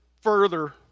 further